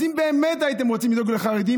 אז אם באמת הייתם רוצים לדאוג לחרדים,